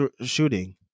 shooting